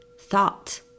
thought